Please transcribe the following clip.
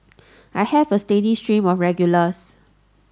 I have a steady stream of regulars